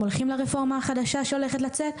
הם הולכים לרפורמה החדשה שהולכת לצאת?